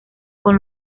con